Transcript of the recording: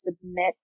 submit